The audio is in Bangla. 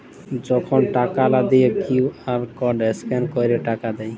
যখল টাকা লা দিঁয়ে কিউ.আর কড স্ক্যাল ক্যইরে টাকা দেয়